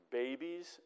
babies